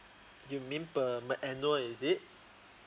you mean per annual is it